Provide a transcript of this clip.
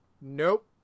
nope